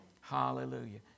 Hallelujah